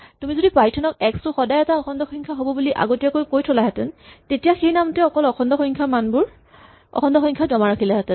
তুমি যদি পাইথন ক এক্স টো সদায় এটা অখণ্ড সংখ্যা হ'ব বুলি আগতীয়াকৈ কৈ থলাহেতেন তেতিয়া এই নামটোৱে অকল অখণ্ড সংখ্যা জমা ৰাখিলেহেতেন